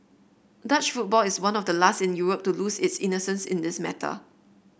Dutch football is one of the last in Europe to lose its innocence in this matter